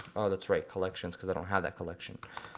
that's right, collections, cause i don't have that collection.